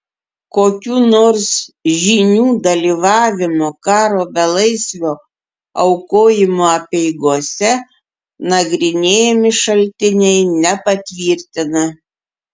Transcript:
kokių nors žynių dalyvavimo karo belaisvio aukojimo apeigose nagrinėjami šaltiniai nepatvirtina